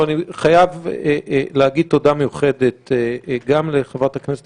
אבל אני חייב להגיד תודה מיוחדת גם לחברת הכנסת